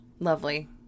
Lovely